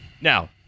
Now